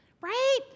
Right